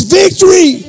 victory